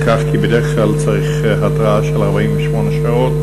בדרך כלל צריך התראה של 48 שעות,